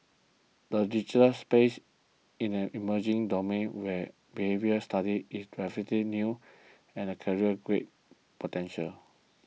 the digital space in an emerging domain where behavioural study is relatively new and career great potential